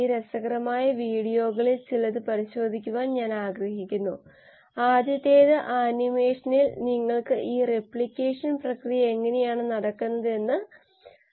കോശ സ്റ്റാറ്റസ് സൂചകങ്ങൾ metabolic status സൂചകങ്ങൾ ഊർജ്ജ നില സൂചകങ്ങളായ റെഡോക്സ് അനുപാതം എനർജി റേഷ്യോ ഇൻട്രാസെല്ലുലാർ പിഎച്ച് എന്നിവയാണ് ചില വിൻഡോകൾ